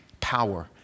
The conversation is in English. power